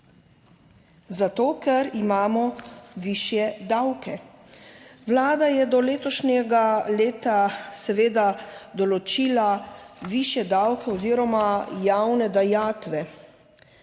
Zato, ker imamo višje davke. Vlada je do letošnjega leta seveda določila višje davke oziroma javne dajatve.